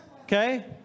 Okay